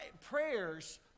prayers